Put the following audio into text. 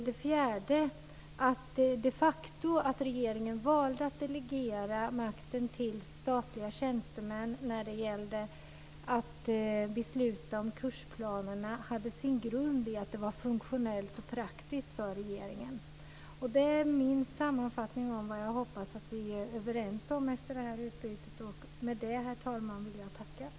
Det fjärde var att det faktum att regeringen valde att delegera makten till statliga tjänstemän när det gällde att besluta om kursplanerna hade sin grund i att det var funktionellt och praktiskt för regeringen. Detta är min sammanfattning av vad jag hoppas att vi är överens om efter denna debatt. Och med detta vill jag tacka.